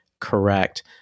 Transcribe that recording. correct